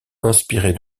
inspirée